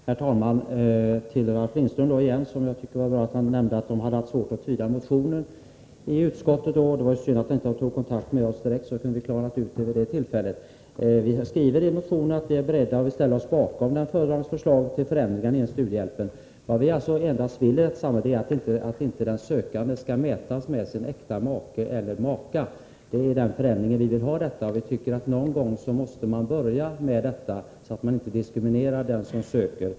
Herr talman! Jag tycker det var bra att Ralf Lindström nämnde att man i utskottet haft svårt att tyda motionen. Det var synd att man inte tog kontakt med oss direkt, så att vi kunde klara ut det då. Vi skriver i motionen att vi är beredda att ställa oss bakom föredragandens förslag till förändringar av studiehjälpen. Det enda vi vill är att den sökande inte skall mätas med sin äkta make eller maka. Det är den förändring som vi vill ha. Någon gång måste vi börja med detta, så att vi inte diskriminerar den som söker.